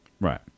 Right